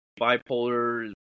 bipolar